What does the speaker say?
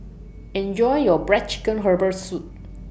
Enjoy your Black Chicken Herbal Soup